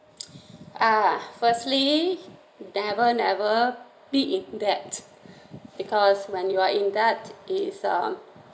uh firstly never never be in debt because when you are in debt it's um